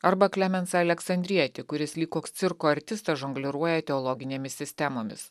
arba klemensą aleksandrietį kuris lyg koks cirko artistas žongliruoja teologinėmis sistemomis